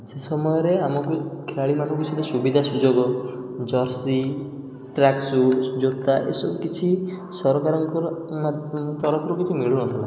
ସେ ସମୟରେ ଆମକୁ ଖେଳାଳିମାନଙ୍କୁ ସେତେ ସୁବିଧାସୁଯୋଗ ଜର୍ସି ଟ୍ରାକସୁଟ୍ ଜୋତା ଏସବୁ କିଛି ସରକାରଙ୍କର ତରଫରୁ କିଛି ମିଳୁନଥିଲା